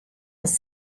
was